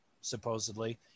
supposedly